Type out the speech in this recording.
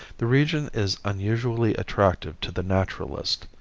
the region is unusually attractive to the naturalist.